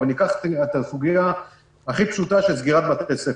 ניקח את הסוגיה הכי פשוטה של סגירת בתי ספר: